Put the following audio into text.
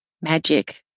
magic.